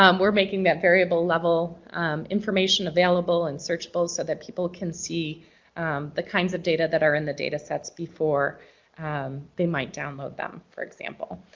um we're making that variable level information available and searchable so that people can see the kinds of data that are in the datasets before they might download them, for example.